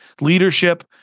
leadership